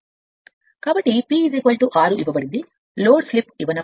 కాబట్టి p 6 లో load slip ఇవ్వనప్పుడు S0